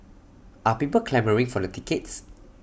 are people clamouring for the tickets